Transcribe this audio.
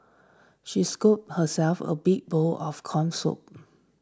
she scooped herself a big bowl of Corn Soup